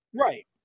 Right